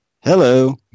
Hello